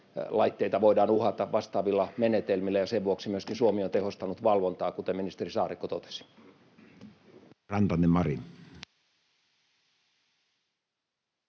‑laitteita voidaan uhata vastaavilla menetelmillä, ja sen vuoksi myöskin Suomi on tehostanut valvontaa, kuten ministeri Saarikko totesi.